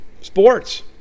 sports